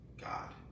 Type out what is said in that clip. God